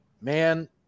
Man